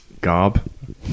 garb